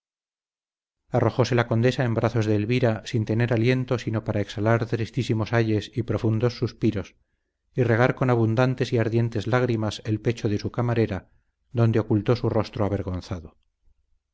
arrojóse la condesa en brazos de elvira sin tener aliento sino para exhalar tristísimos ayes y profundos suspiros y regar con abundantes y ardientes lágrimas el pecho de su camarera donde ocultó su rostro avergonzado